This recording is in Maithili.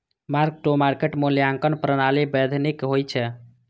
मार्क टू मार्केट मूल्यांकन प्रणाली वैधानिक होइ छै